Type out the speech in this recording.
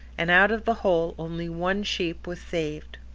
and out of the whole only one sheep was saved.